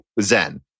Zen